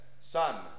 Son